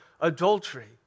adultery